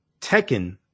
Tekken